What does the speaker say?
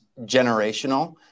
generational